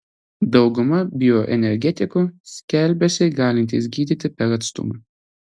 dauguma bioenergetikų skelbiasi galintys gydyti per atstumą